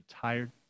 tired